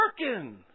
working